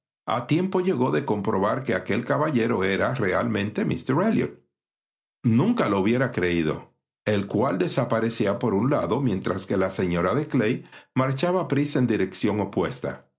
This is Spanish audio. a tiempo llegó de comprobar que aquel caballero era realmente míster elliot nunca lo hubiera creído el cual desaparecía por un lado mientras que la señora de clay marchaba aprisa en dirección opuesta